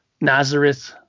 Nazareth